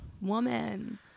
woman